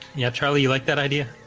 yeah, charlie you like that idea